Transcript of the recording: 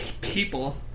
people